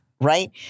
right